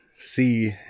see